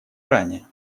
ранее